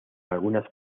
algunas